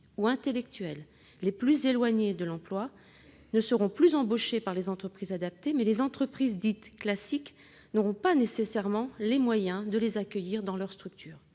ou intellectuel, les plus éloignées de l'emploi, ne seront plus embauchées par les entreprises adaptées, mais les entreprises dites « classiques » n'auront pas nécessairement les moyens de les accueillir dans leurs structures.